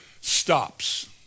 stops